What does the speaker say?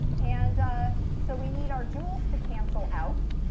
and so we need our joules to cancel out.